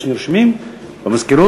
יש נרשמים במזכירות?